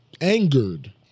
angered